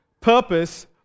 purpose